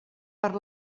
per